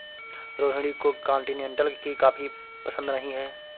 रोहिणी को कॉन्टिनेन्टल की कॉफी पसंद नहीं है